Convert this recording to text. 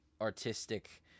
artistic